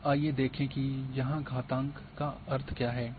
अब आइए देखें कि यहाँ घातांक का अर्थ क्या है